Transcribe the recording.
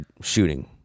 shooting